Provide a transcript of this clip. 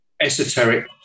esoteric